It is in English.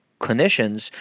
clinicians